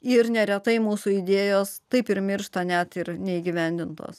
ir neretai mūsų idėjos taip ir miršta net ir neįgyvendintos